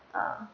uh